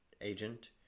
agent